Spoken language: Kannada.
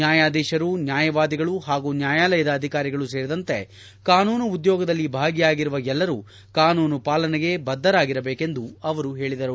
ನ್ಹಾಯಾದೀಶರು ನ್ಹಾಯವಾದಿಗಳು ಹಾಗೂ ನ್ಹಾಯಾಲಯದ ಅಧಿಕಾರಿಗಳು ಸೇರಿದಂತೆ ಕಾನೂನು ಉದ್ಯೋಗದಲ್ಲಿ ಭಾಗಿಯಾಗಿರುವ ಎಲ್ಲರೂ ಕಾನೂನು ಪಾಲನೆಗೆ ಬದ್ದರಾಗಿರಬೇಕೆಂದು ಅವರು ಹೇಳಿದರು